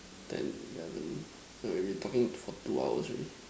ten eleven so we have been talking for two hours already